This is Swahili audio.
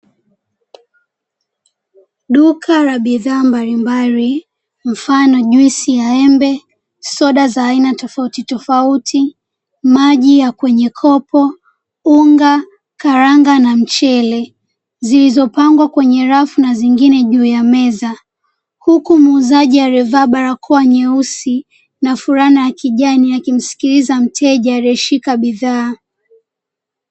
Duka la bidhaa mbalimbali mfano juisi ya embe, soda za aina tofauti tofauti, maji ya kwenye kopo, unga, karanga na mchele zilizopangwa kwenye rafu na zingine juu ya meza huku muuzaji aliyevaa barakoa nyeusi na flana ya kijani akimsikiliza mteja aliyeshika bidhaa.